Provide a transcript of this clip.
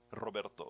Roberto